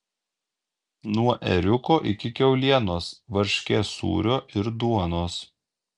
nuo ėriuko iki kiaulienos varškės sūrio ir duonos